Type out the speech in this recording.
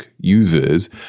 users